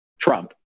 Trump